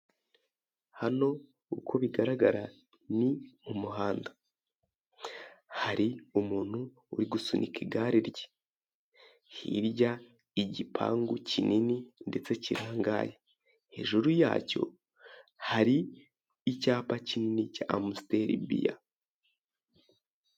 Hano uko bigaragara ni ku muhanda hari umuntu uri gusunika igare rye hirya igipangu kinini ndetse kirangaye, hejuru yacyo hari icyapa kinini cya amusiteri biya.